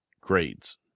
grades